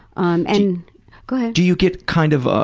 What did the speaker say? um and go ahead. do you get kind of.